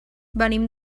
venim